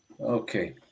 Okay